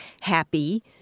happy